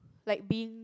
like being